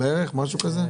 משהו כזה?